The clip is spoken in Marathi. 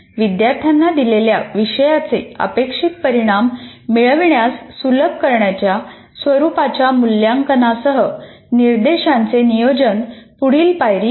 विद्यार्थ्यांना दिलेल्या विषयाचे अपेक्षित परिणाम मिळविण्यास सुलभ करण्याच्या स्वरुपाच्या मूल्यांकनासह निर्देशांचे नियोजन पुढील पायरी आहे